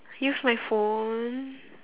use my phone